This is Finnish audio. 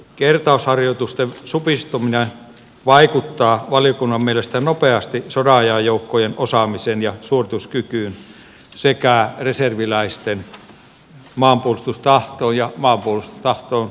kertausharjoitusten supistuminen vaikuttaa valiokunnan mielestä nopeasti sodanajan joukkojen osaamiseen ja suorituskykyyn sekä reserviläisten maanpuolustustahtoon ja yleisestikin maanpuolustustahtoon